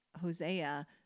hosea